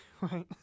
Right